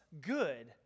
good